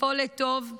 לפעול לטוב,